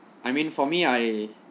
I mean for me I